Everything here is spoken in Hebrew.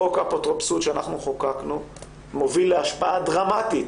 חוק האפוטרופסות שאנחנו חוקקנו מוביל להשפעה דרמטית